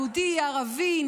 יהודי ערבי,